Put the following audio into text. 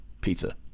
pizza